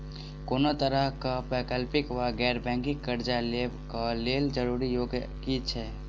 कोनो तरह कऽ वैकल्पिक वा गैर बैंकिंग कर्जा लेबऽ कऽ लेल जरूरी योग्यता की छई?